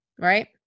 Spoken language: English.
Right